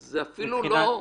זה אפילו לא --- אדוני,